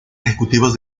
ejecutivos